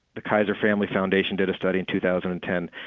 the kaiser family foundation did a study in two thousand and ten.